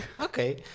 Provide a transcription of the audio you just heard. Okay